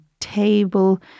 table